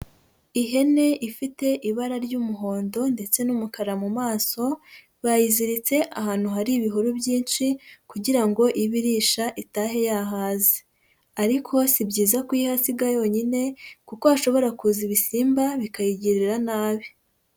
Ihene ifite ibara ry'umuhondo ndetse n'umukara mu maso, bayiziritse ahantu hari ibihuru byinshi kugira ngo ibi irisha itahe yahaze ariko si byiza kuyihasiga yonyine kuko hashobora kuza ibisimba bikayigirira nabi.